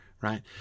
Right